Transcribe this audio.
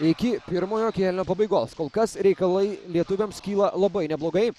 iki pirmojo kėlinio pabaigos kol kas reikalai lietuviams kyla labai neblogai